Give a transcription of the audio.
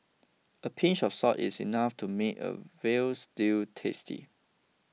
a pinch of salt is enough to make a Veal Stew tasty